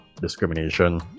discrimination